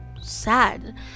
sad